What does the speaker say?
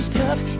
tough